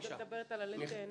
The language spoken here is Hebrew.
מדברת על עלה תאנה.